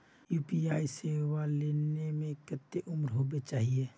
UPI सेवा ले में कते उम्र होबे के चाहिए?